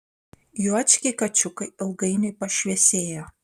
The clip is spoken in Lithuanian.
juočkiai kačiukai ilgainiui pašviesėjo